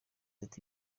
ati